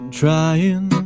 trying